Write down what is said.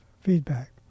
feedback